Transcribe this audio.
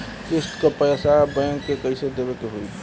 किस्त क पैसा बैंक के कइसे देवे के होई?